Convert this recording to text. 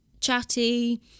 chatty